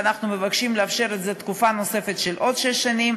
ואנחנו מבקשים לאפשר את זה לתקופה נוספת של עוד שש שנים.